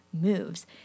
moves